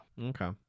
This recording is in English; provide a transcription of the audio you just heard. Okay